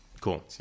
Cool